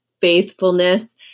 faithfulness